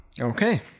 Okay